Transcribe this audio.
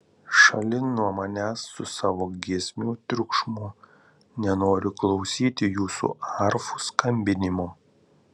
šalin nuo manęs su savo giesmių triukšmu nenoriu klausyti jūsų arfų skambinimo